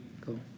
Cool